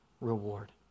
reward